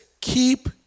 keep